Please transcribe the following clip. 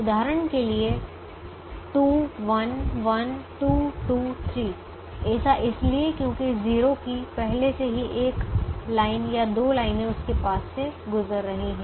उदाहरण के लिए 2 1 1 2 2 3 ऐसा इसलिए है क्योंकि 0 की पहले से ही एक लाइन या दो लाइनें उसके पास से गुजर रही हैं